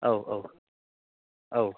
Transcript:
औ औ औ